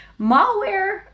malware